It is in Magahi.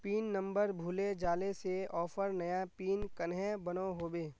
पिन नंबर भूले जाले से ऑफर नया पिन कन्हे बनो होबे?